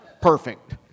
perfect